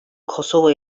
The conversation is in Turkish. kosova